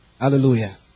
Hallelujah